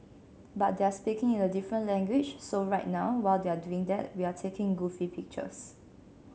but they're speaking in a different language so right now while they're doing that we're taking goofy pictures